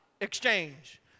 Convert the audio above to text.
Exchange